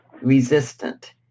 Resistant